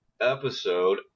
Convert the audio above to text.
episode